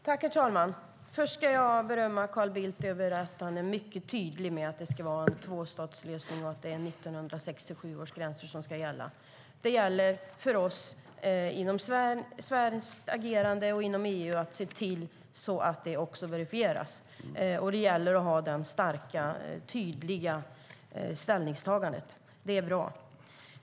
Herr talman! Först ska jag berömma Carl Bildt för att han är tydlig med att det ska vara en tvåstatslösning och att det är 1967 års gränser som ska gälla. Det gäller att genom Sveriges och EU:s agerande se till att det också verifieras, och det gäller att ha det starka och tydliga ställningstagandet. Det är bra.